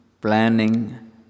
planning